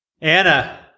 Anna